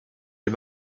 les